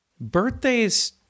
birthdays